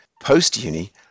Post-uni